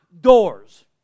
doors